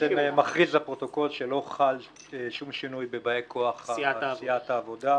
מכריז לפרוטוקול שלא חל שום שינוי בבאי כוח סיעת העבודה,